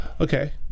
Okay